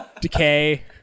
decay